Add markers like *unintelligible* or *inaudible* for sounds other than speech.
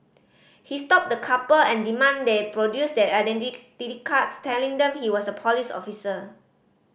he stopped the couple and demanded they produce their *unintelligible* cards telling them he was a police officer